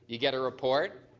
you get a report,